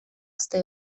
uste